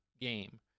game